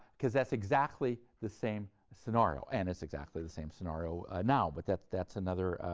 because that's exactly the same scenario and it's exactly the same scenario now, but that's that's another